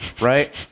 right